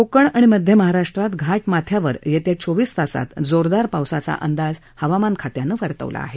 कोकण आणि मध्य महाराष्ट्रात घाटमाथ्यावर येत्या चोवीस तासात जोरदार पावसाचा अंदाज हवामान विभागानं वर्तवला आहे